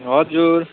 हजुर